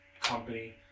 company